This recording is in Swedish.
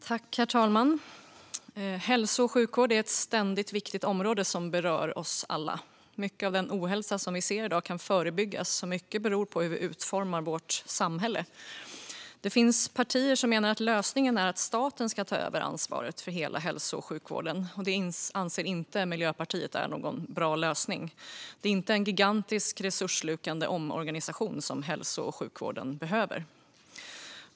Herr talman! Hälso och sjukvård är ett ständigt viktigt område som berör oss alla. Mycket av den ohälsa som vi ser i dag kan förebyggas, och mycket beror på hur vi utformar vårt samhälle. Det finns partier som menar att lösningen är att staten ska ta över ansvaret för hela hälso och sjukvården. Det anser Miljöpartiet inte är någon bra lösning. Det är inte en gigantisk, resursslukande omorganisation som hälso och sjukvården behöver.